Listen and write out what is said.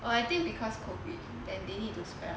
well I think because COVID then they need to spread out